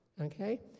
Okay